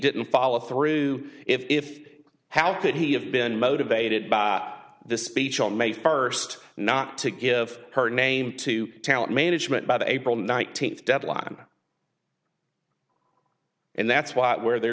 didn't follow through if how could he have been motivated by the speech on may first not to give her name to talent management by the april nineteenth deadline and that's what where